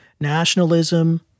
nationalism